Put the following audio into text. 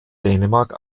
dänemark